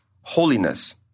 holiness